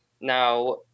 Now